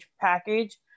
package